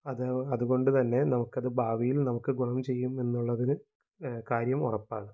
അത് അതുകൊണ്ടുതന്നെ നമുക്കത് ഭാവിയിൽ നമുക്ക് ഗുണം ചെയ്യും എന്നുള്ളത് കാര്യം ഉറപ്പാണ്